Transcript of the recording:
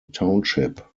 township